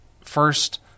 first